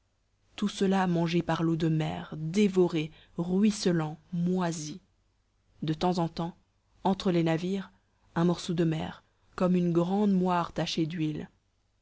tout cela mangé par l'eau de mer dévoré ruisselant moisi de temps en temps entre les navires un morceau de mer comme une grande moire tachée d'huile